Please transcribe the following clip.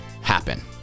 happen